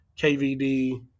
KVD